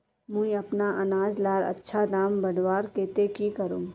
मुई अपना अनाज लार अच्छा दाम बढ़वार केते की करूम?